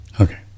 okay